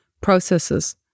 processes